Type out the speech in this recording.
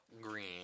green